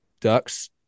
Ducks